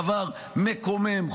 דבר מקומם,